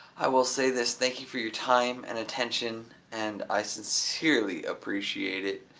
i will say this, thank you for your time and attention and i sincerely appreciate it.